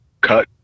cut